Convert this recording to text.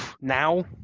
now